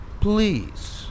Please